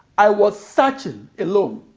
i was searching alone,